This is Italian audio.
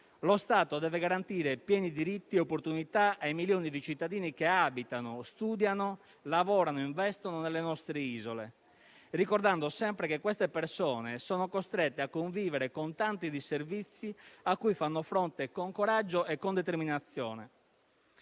Lo Stato deve garantire pieni diritti e opportunità ai milioni di cittadini che abitano, studiano, lavorano e investono nelle nostre isole, ricordando sempre che queste persone sono costrette a convivere con tanti disservizi a cui fanno fronte con coraggio e determinazione.